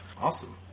Awesome